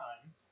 time